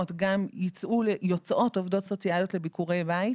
גם יוצאות עובדות סוציאליות לביקורי בית.